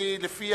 לפי